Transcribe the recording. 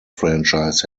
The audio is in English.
franchise